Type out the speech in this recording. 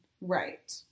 Right